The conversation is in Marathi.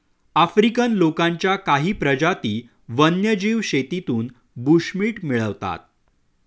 आफ्रिकन लोकांच्या काही प्रजाती वन्यजीव शेतीतून बुशमीट मिळवतात